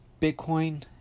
bitcoin